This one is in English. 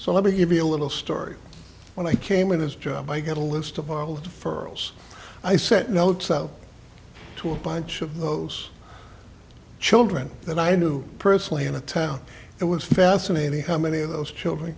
so let me give you a little story when i came in his job i got a list of all deferrals i sent notes out to a bunch of those children that i knew personally in the town it was fascinating how many of those children